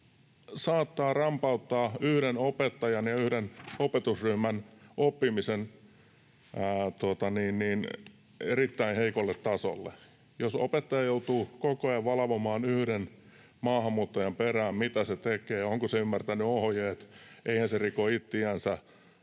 saattaa rampauttaa yhden opettajan ja yhden opetusryhmän oppimisen erittäin heikolle tasolle. Jos opettaja joutuu koko ajan valvomaan yhden maahanmuuttajan perään, mitä se tekee, onko se ymmärtänyt ohjeet, eihän se riko itseänsä,